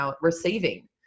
receiving